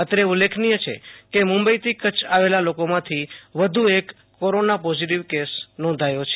અત્રે ઉલ્લેખનીય છે કે મું બઈ થી કચ્છ આવેલા લોકોમાંથી વધુ એક કોરોના પોઝીટીવ કેસ નોંધાયો છે